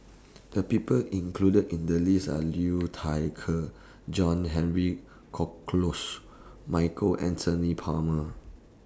The People included in The list Are Liu Thai Ker John Henry Michael Anthony Palmer